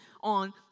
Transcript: on